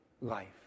life